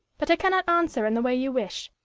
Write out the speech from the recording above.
but i cannot answer in the way you wish.